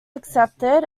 accepted